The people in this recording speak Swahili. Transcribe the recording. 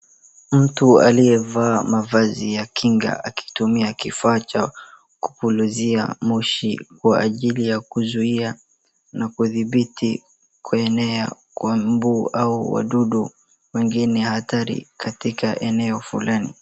Mtu aliyevaa mavazi ya kinga akitumia kifaa cha kupulizia moshi kwa ajili ya kuzuia na kuthibiti kuenea kwa mbu au wadudu wengine hatari katika eneo fulani.